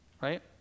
right